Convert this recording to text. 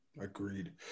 agreed